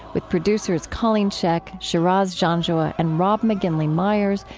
with producers colleen scheck, shiraz janjua, and rob mcginley myers,